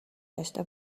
داشته